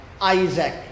Isaac